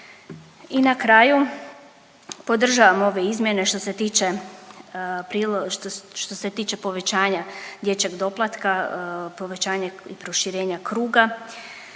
I na kraju podržavam ove izmjene što se tiče povećanja dječjeg doplatka, povećanje proširenja kruga,